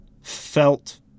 felt